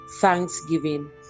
thanksgiving